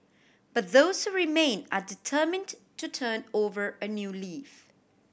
but those who remain are determined to turn over a new leaf